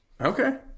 Okay